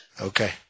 Okay